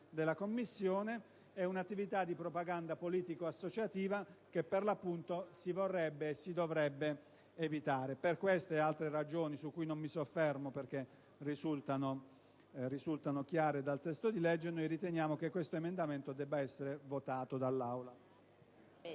della commissione e una attività di propaganda politico associativa, ciò che per l'appunto si vorrebbe e si dovrebbe evitare. Per queste ed altre ragioni, su cui non mi soffermo perché risultano chiare dal testo del disegno di legge, riteniamo che l'emendamento in esame debba essere approvato dall'Assemblea.